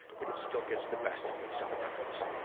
but it still gets the best of me sometimes.